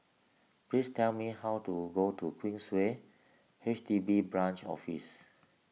please tell me how to go to Queensway H D B Branch Office